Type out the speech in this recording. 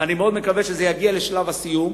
ואני מאוד מקווה שזה יגיע לשלב הסיום.